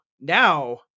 now